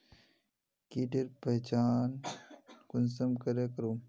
कीटेर पहचान कुंसम करे करूम?